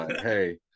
hey